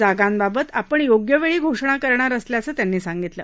जागांबाबत आपण योग्यवेळी घोषणा करणार असल्याचं त्यांनी सांगितलं